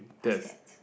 what's that